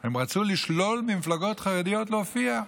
הם רצו לשלול ממפלגות חרדיות להופיע.